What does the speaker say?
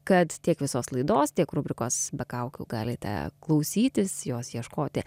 kad tiek visos laidos tiek rubrikos be kaukių galite klausytis jos ieškoti